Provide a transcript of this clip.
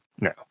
No